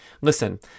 Listen